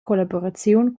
collaboraziun